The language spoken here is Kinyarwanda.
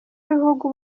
b’ibihugu